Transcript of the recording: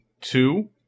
two